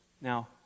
Now